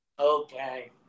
Okay